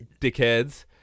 dickheads